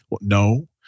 No